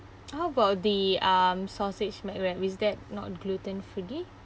how about the um sausage mac wrap is that not gluten free